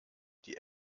die